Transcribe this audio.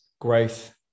growth